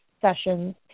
sessions